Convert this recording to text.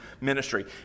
ministry